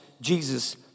Jesus